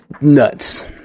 nuts